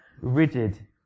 rigid